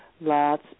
lots